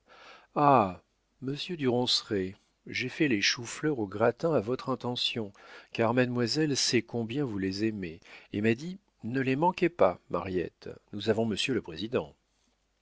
ah monsieur du ronceret j'ai fait les choux-fleurs au gratin à votre intention car mademoiselle sait combien vous les aimez et m'a dit ne les manque pas mariette nous avons monsieur le président